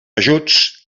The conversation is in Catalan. ajuts